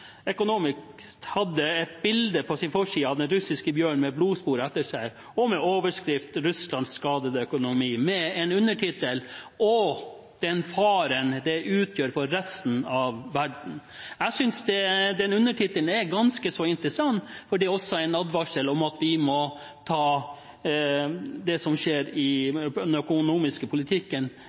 Economist hadde et bilde på sin forside av den russiske bjørn med blodspor etter seg og med overskriften: Russlands skadede økonomi – og med undertittelen: Og farene den utgjør for resten av verden. Jeg synes den undertittelen er ganske så interessant, for det er også en advarsel om at vi må ta det som skjer i den økonomiske politikken,